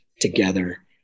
together